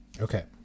Okay